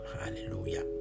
Hallelujah